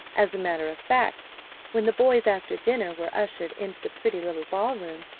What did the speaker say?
as a matter of fact when the boys after dinner were ushered into the pretty little ballroom,